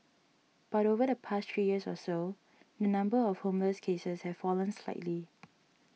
but over the past three years or so the number of homeless cases has fallen slightly